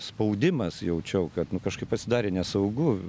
spaudimas jaučiau kad nu kažkaip pasidarė nesaugu